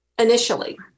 initially